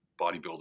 bodybuilder